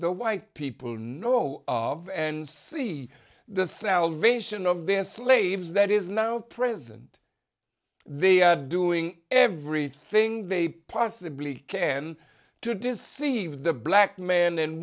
the white people know of and see the salvation of their slaves that is now present they are doing everything they possibly can to deceive the black man and